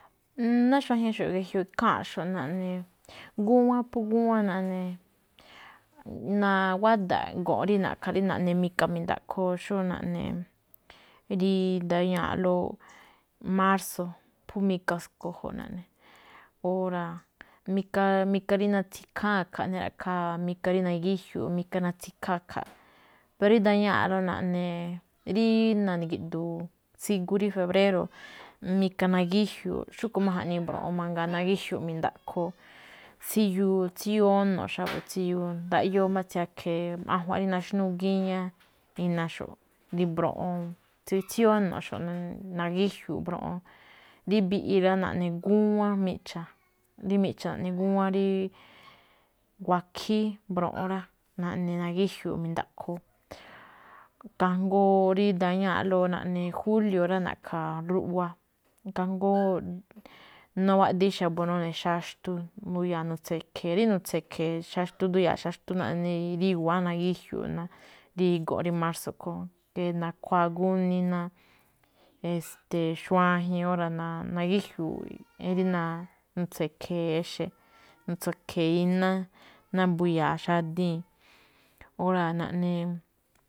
Ná xuajñaxo̱ꞌ ge̱jioꞌ ikháa̱nꞌxo̱ꞌ naꞌne, ngúwán phú, phú ngúwán naꞌne, wáda̱ꞌ go̱nꞌ rí na̱ꞌkha̱ go̱nꞌ ri naꞌne mika mi̱ndaꞌkho, xó naꞌne rí ndañáa̱ꞌlóꞌ márso̱, phú mika sko̱jo̱o̱ naꞌne. Ora mika mika rí natsikháán a̱kha̱ꞌ naꞌne ra̱ꞌkhá rí nagíjiu̱u̱ꞌ rí mika rí natsikháa a̱kha̱ꞌ. rí ndañáaꞌlóꞌ naꞌnee rí na̱gi̱ꞌdu̱u̱n, tsigu rí febréro̱, mika nagíjiu̱u̱ꞌ xúꞌkhue̱n máꞌ jaꞌnii rí mbroꞌon mangaa nagíjiu̱u̱ꞌ mi̱ndaꞌkho, tsiyoo óno̱ꞌ xa̱bo̱, tsíyoo, ndaꞌyóo máꞌ tsiakhe̱, ajua̱nꞌ rí naxnúu gíñá, inaxo̱ꞌ, rí mbroꞌon, tsíyoo óno̱ꞌxo̱ꞌ, nagíjiu̱u̱ꞌ mbroꞌon. Mbiꞌi rá, naꞌne ngúwán miꞌcha̱, rí miꞌcha naꞌne ngúwán rí wakhíí, mbroꞌon rá, nagíjiu̱u̱ꞌ mi̱ndaꞌkho, kajngó rí ndañáaꞌlóꞌ rí naꞌne julio̱ rá. Na̱ꞌkha̱a ruꞌwa, kajngó, nawaꞌdi̱í xa̱bo̱ none̱ xaxtu, mbuya̱a rí nu̱tse̱khe̱e̱, rí nu̱tse̱khe̱e̱, nduya̱a xaxtu naꞌne rí i̱wa̱á nagíjiu̱u̱ꞌ. Rí go̱nꞌ rí márso̱ a̱ꞌkho̱, nakhuáa gúní ná estee xuajen ora nagíjiu̱u̱ꞌ rí na̱tse̱khe̱e̱ exe̱, nu̱tse̱khe̱e̱ iná, ná mbuya̱a xadíi̱n, ora naꞌne.